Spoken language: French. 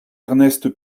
ernest